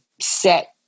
set